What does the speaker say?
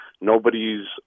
nobody's